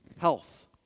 Health